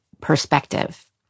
perspective